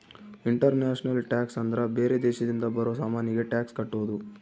international tax ಅಂದ್ರ ಬೇರೆ ದೇಶದಿಂದ ಬರೋ ಸಾಮಾನಿಗೆ ಟ್ಯಾಕ್ಸ್ ಕಟ್ಟೋದು